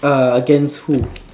err against who